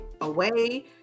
away